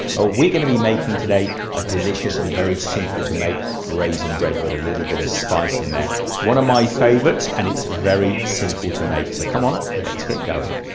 ah we're going to be making today a delicious and very simple to make raisin bread with a little bit of spice in there, it's one of my favorites and it's very simple to make so come on let's get going.